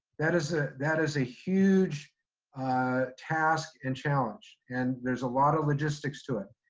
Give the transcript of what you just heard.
that is ah that is a huge ah task and challenge. and there's a lot of logistics to it.